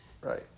Right